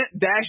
dash